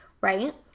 right